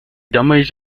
damaged